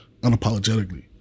unapologetically